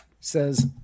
says